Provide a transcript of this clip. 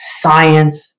science